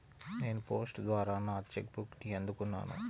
నేను పోస్ట్ ద్వారా నా చెక్ బుక్ని అందుకున్నాను